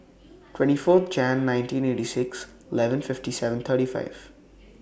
twenty four Jan nineteen eighty six eleven fifty seven thirty five